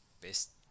best